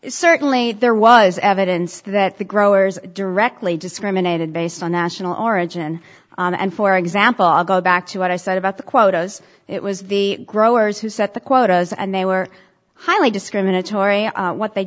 honor certainly there was evidence that the growers directly discriminated based on national origin and for example i'll go back to what i said about the quotas it was the growers who set the quotas and they were highly discriminatory what they